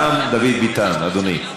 גם דוד ביטן, אדוני.